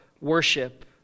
worship